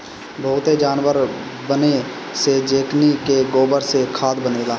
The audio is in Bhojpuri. बहुते जानवर बानअ सअ जेकनी के गोबर से खाद बनेला